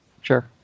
Sure